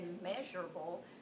immeasurable